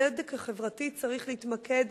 הצדק החברתי צריך להתמקד